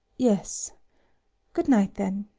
yes good-night, then.